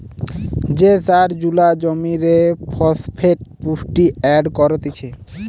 যে সার জুলা জমিরে ফসফেট পুষ্টি এড করতিছে